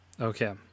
Okay